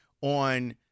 on